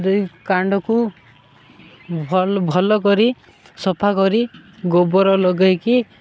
ଦେଇ କାଣ୍ଡକୁ ଭଲ ଭଲ କରି ସଫା କରି ଗୋବର ଲଗାଇକି